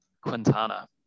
Quintana